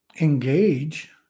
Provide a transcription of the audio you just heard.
engage